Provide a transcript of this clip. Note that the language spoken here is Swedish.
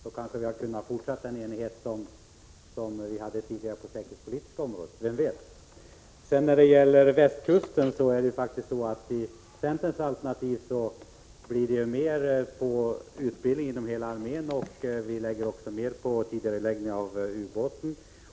Fru talman! Vi skall kanske inte fortsätta debatten så länge till. Om vi diskuterar partiledarnas insatser: Det kanske hade gått lättare om de inte hade blivit inkopplade alls. Då hade vi kanske kunnat fortsätta den enighet som vi hade tidigare på det säkerhetspolitiska området — vem vet. Beträffande västkusten: Det blir med centerns alternativ mer till utbildning inom hela armén, och vi lägger också mer på en tidigareläggning av ubåten.